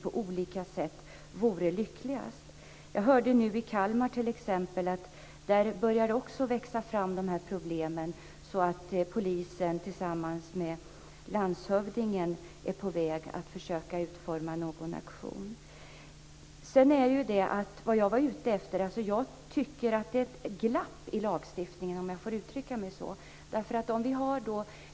Jag hörde att det t.ex. nu i Kalmar också börjar växa fram problem och att polisen tillsammans med landshövdingen är på väg att försöka utforma någon aktion. Jag tycker att det är ett glapp i lagstiftningen, om jag får uttrycka mig så.